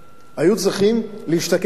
היו צריכים להשתכן איפשהו.